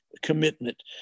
commitment